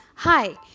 Hi